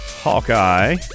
Hawkeye